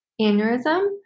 aneurysm